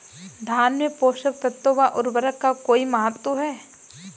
धान में पोषक तत्वों व उर्वरक का कोई महत्व है?